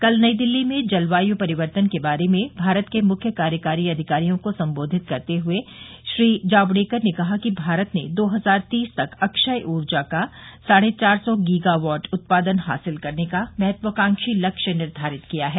कल नई दिल्ली में जलवायु परिवर्तन के बारे में भारत के मुख्य कार्यकारी अधिकारियों को संबोधित करते हुए श्री जावड़ेकर ने कहा कि भारत ने दो हजार तीस तक अक्षय ऊर्जा का साढ़े चार सौ गीगावॉट उत्पादन हासिल करने का महत्वाकांक्षी लक्ष्य निर्धारित किया है